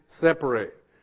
separate